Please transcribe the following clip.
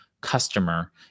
Customer